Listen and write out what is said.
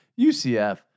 UCF